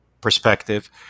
perspective